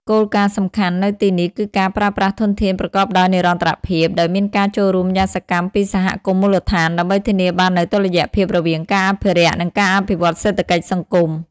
គោលការណ៍សំខាន់នៅទីនេះគឺការប្រើប្រាស់ធនធានប្រកបដោយនិរន្តរភាព ដោយមានការចូលរួមយ៉ាងសកម្មពីសហគមន៍មូលដ្ឋាន ដើម្បីធានាបាននូវតុល្យភាពរវាងការអភិរក្ស និងការអភិវឌ្ឍសេដ្ឋកិច្ចសង្គម។